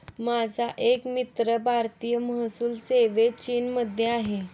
माझा एक मित्र भारतीय महसूल सेवेत चीनमध्ये आहे